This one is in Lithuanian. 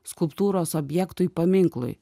skulptūros objektui paminklui